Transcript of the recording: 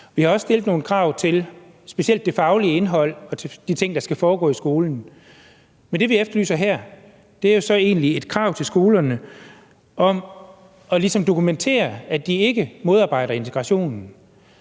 Vi har også stillet nogle krav til specielt det faglige indhold og til de ting, der skal foregå i skolen, men det, vi efterlyser her, er så egentlig et krav til skolerne om ligesom at dokumentere, at de ikke modarbejder integrationen.